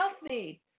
healthy